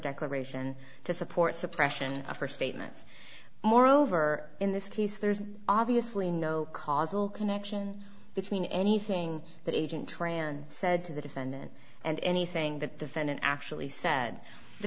declaration to support suppression of her statements moreover in this case there's obviously no causal connection between anything that agent tran said to the defendant and anything that defendant actually said the